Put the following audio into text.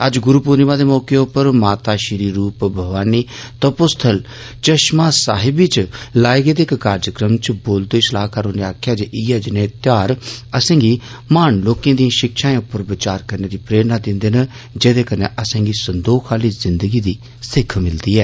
अज्ज गुरू पुर्णिमा दे मौके उप्पर माता श्री रुप भवानी तपो स्थल चष्मासाहिबी च लाए गेदे इक कार्जक्रम च बोलर्द होई सलाहकार होरे आक्खेआ जे इयै जनेह ध्यौहार असें गी महान लोकें दिए षिक्षाएं उप्पर विचार करने दी प्रेरेणा दिन्दे न जेदे कन्नै असें गी संदोख आहली जिन्दगी दी सिक्ख मिलदी ऐ